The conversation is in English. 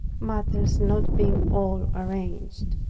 matters not being all arranged.